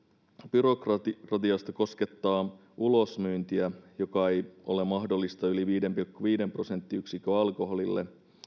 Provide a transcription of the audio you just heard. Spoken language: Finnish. byrokratiasta koskettaa ulosmyyntiä joka ei ole mahdollista yli viiden pilkku viiden prosenttiyksikön alkoholille